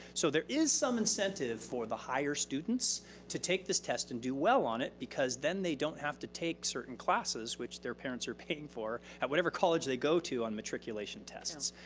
so there is some incentive for the higher students to take this test and do well on it because then they don't have to take certain classes which their parents are paying for at whatever college they go to on matriculation tests.